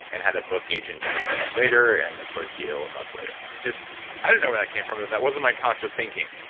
and had a book agent two weeks later and a book deal a month later. i don't know where that came from. that wasn't my conscious thinking.